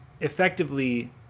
effectively